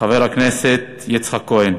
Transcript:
וחבר הכנסת יצחק כהן,